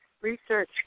research